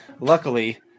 luckily